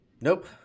Nope